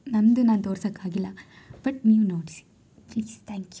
ನನ್ನದು ನಾನು ತೋರಿಸಕ್ಕಾಗಿಲ್ಲ ಬಟ್ ನೀವು ನೋಡಿಸಿ ಪ್ಲೀಸ್ ತ್ಯಾಂಕ್ ಯು